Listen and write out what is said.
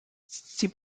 sie